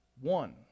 One